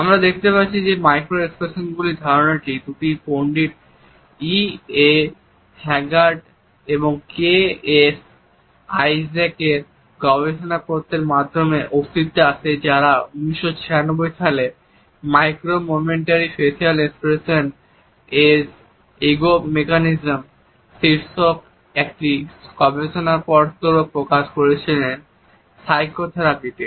আমরা দেখতে পাচ্ছি যে মাইক্রো এক্সপ্রেশনগুলির ধারণাটি দুটি পণ্ডিত ইএ হ্যাগার্ট এবং কেএস আইজ্যাকসের গবেষণা পত্রের মাধ্যমে অস্তিত্বে আসে যারা 1996 সালে micro momentary facial expressions as ego mechanism শীর্ষক একটি গবেষণাপত্র প্রকাশ করেছিল সাইকোথেরাপিতে